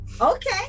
Okay